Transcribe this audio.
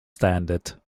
standard